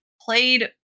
played